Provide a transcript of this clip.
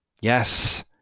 Yes